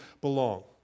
belong